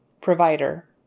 provider